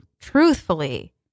truthfully